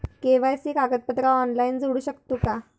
KYC कागदपत्रा online जोडू शकतू का?